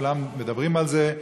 כולם מדברים על זה.